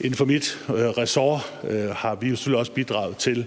inden for mit ressort har vi selvfølgelig også bidraget til